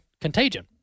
contagion